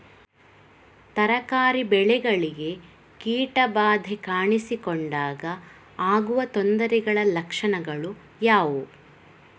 ತರಕಾರಿ ಬೆಳೆಗಳಿಗೆ ಕೀಟ ಬಾಧೆ ಕಾಣಿಸಿಕೊಂಡಾಗ ಆಗುವ ತೊಂದರೆಗಳ ಲಕ್ಷಣಗಳು ಯಾವುವು?